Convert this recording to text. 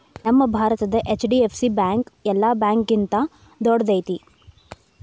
ನಮ್ಮ ಭಾರತದ HDFC bank ಯೆಲ್ಲಾ ಬ್ಯಾಂಕ್ಗಿಂತಾ ದೊಡ್ದೈತಿ